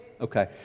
Okay